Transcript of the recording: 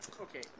Okay